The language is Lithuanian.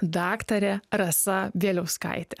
daktarė rasa bieliauskaitė